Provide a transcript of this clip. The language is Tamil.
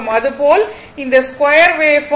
அதேபோல் இந்த ஸ்கொயர் வேவ்பார்ம்